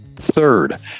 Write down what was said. Third